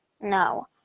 no